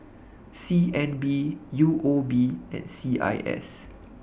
C N B U O B and C I S